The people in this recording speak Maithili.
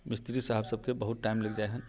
मिस्तिरी साहेबसबके बहुत टाइम लागि जाइ हइ